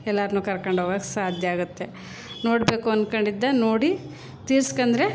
ಎಲ್ರನ್ನೂ ಕರ್ಕೊಂಡು ಹೋಗೋಕೆ ಸಾಧ್ಯ ಆಗುತ್ತೆ ನೋಡಬೇಕು ಅಂದ್ಕೊಂಡಿದ್ದೆ ನೋಡಿ ತೀರ್ಸ್ಕೊಂಡ್ರೆ